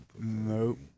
Nope